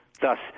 Thus